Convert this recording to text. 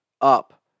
up